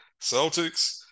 Celtics